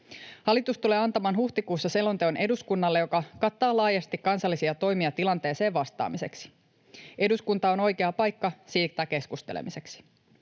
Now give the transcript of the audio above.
Hallitus tulee antamaan huhtikuussa selonteon eduskunnalle, joka kattaa laajasti kansallisia toimia tilanteeseen vastaamiseksi. Eduskunta on oikea paikka siitä keskustelemiseksi.